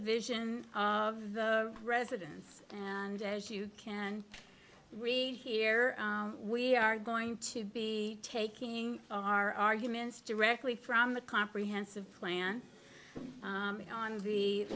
vision of the residents and as you can read here we are going to be taking our arguments directly from the comprehensive plan on the